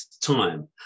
time